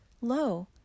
Lo